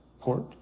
port